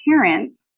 parents